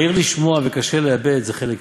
מהיר לשמוע וקשה לאבד, זה חלק טוב,